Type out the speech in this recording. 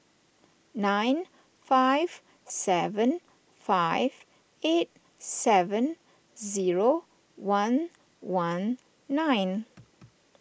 nine five seven five eight seven zero one one nine